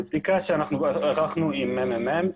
מבדיקה שאנחנו ערכנו עם הממ"מ,